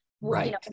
Right